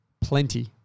Plenty